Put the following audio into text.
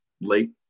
late